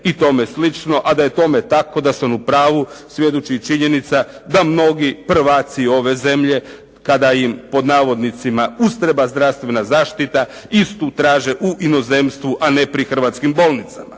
i tome slično. A da je tome tako, da sam u pravu svjedoči i činjenica da mnogi prvaci ove zemlje, kada im pod navodnicima ustreba zdravstvena zaštita istu traže u inozemstvu a ne pri hrvatskim bolnicama.